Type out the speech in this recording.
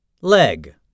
Leg